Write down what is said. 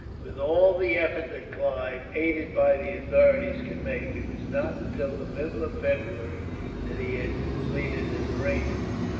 with all the efforts that clive, aided by the authorities, could make, it was not until the middle of february that he had completed his arrangements.